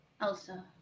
Elsa